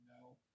No